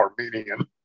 armenian